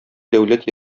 дәүләт